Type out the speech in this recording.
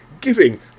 giving